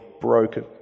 broken